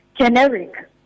generic